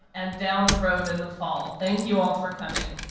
and down the road in the fall. thank you all for coming.